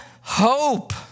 hope